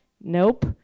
Nope